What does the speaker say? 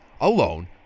alone